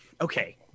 Okay